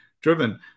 driven